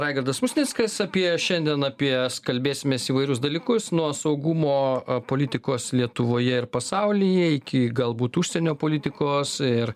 raigardas musnickas apie šiandien apie kalbėsimės įvairius dalykus nuo saugumo politikos lietuvoje ir pasaulyje iki galbūt užsienio politikos ir